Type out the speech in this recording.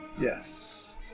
Yes